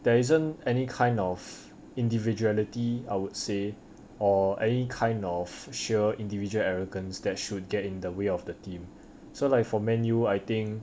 there isn't any kind of individuality I would say or any kind of sheer individual arrogance that should get in the way of the team so like for man U I think